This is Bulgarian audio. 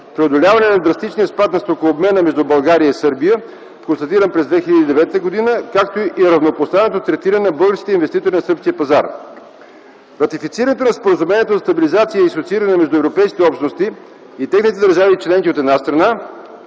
преодоляване на драстичния спад на стокообмена между България и Сърбия, констатиран през 2009 г., както и равнопоставеното третиране на българските инвеститори на сръбския пазар. Ратифицирането на споразумението за стабилизация и асоцииране между европейските общности и техните държави членки, от една страна,